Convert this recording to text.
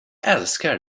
älskar